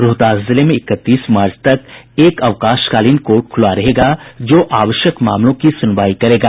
रोहतास जिले में इकतीस मार्च तक एक अवकाशकालीन कोर्ट खुला रहेगा जो आवश्यक मामलों की सुनवाई करेगा